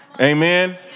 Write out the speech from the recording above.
amen